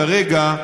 כרגע,